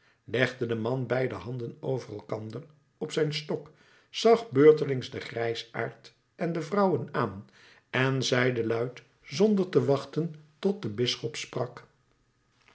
legde de man beide handen over elkander op zijn stok zag beurtelings den grijsaard en de vrouwen aan en zeide luid zonder te wachten tot de bisschop sprak